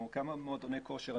כמה מועדוני כושר,